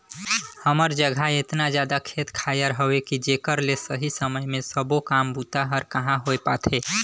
हमर जघा एतना जादा खेत खायर हवे कि जेकर ले सही समय मे सबो काम बूता हर कहाँ होए पाथे